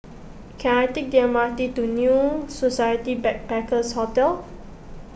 can I take the M R T to New Society Backpackers' Hotel